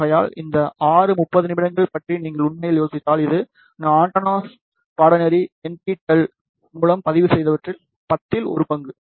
ஆகையால் இந்த ஆறு 30 நிமிடங்கள் பற்றி நீங்கள் உண்மையில் யோசித்தால் இது நான் ஆண்டெனாஸ் பாடநெறி NPTEL மூலம் பதிவு செய்தவற்றில் பத்தில் ஒரு பங்கு